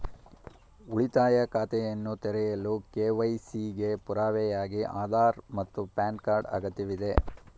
ಉಳಿತಾಯ ಖಾತೆಯನ್ನು ತೆರೆಯಲು ಕೆ.ವೈ.ಸಿ ಗೆ ಪುರಾವೆಯಾಗಿ ಆಧಾರ್ ಮತ್ತು ಪ್ಯಾನ್ ಕಾರ್ಡ್ ಅಗತ್ಯವಿದೆ